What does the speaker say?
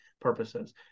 purposes